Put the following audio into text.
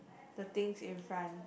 the things in front